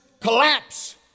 collapse